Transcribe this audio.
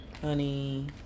honey